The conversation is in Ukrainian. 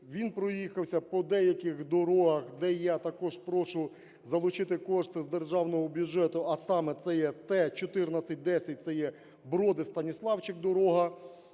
Він проїхався по деяких дорогах, де я також прошу залучити кошти з державного бюджету, а саме це є Т 1410, це є Броди-Станіславчик дорога,